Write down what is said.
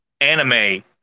anime